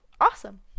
awesome